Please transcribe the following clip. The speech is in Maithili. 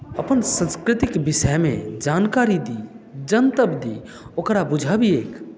अपन संस्कृतिक विषयमे जानकारी दी जनतव्य दी ओकरा बुझबियैक